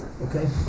Okay